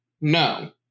No